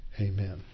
Amen